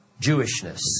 Jewishness